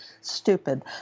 stupid